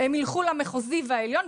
הם יילכו לבתי המשפט המחוזיים ולעליון,